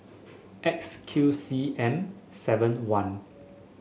X Q C M seven one